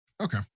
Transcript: Okay